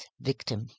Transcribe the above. victim